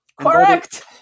Correct